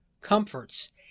comforts